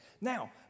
Now